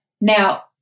now